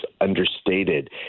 understated